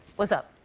what's up?